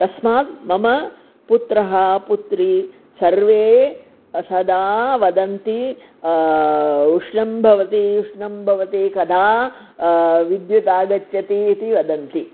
तस्मात् मम पुत्रः पुत्री सर्वे सदा वदन्ति उष्णं भवति उष्णं भवति कदा विद्युदागच्छति इति वदन्ति